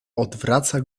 odwraca